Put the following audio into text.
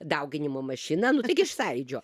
dauginimo mašina nu taigi iš sąjūdžio